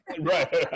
Right